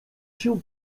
się